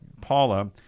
Paula